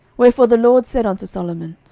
wherefore the lord said unto solomon,